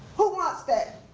who wants that?